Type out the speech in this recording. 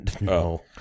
No